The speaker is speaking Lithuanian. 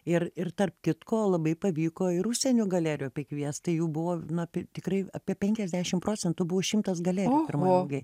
ir ir tarp kitko labai pavyko ir užsienio galerijų pikviest tai jų buvo na tikrai apie penkiasdešim procentų buvo šimtas galerijų pirmoj mugėj